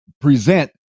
present